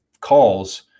calls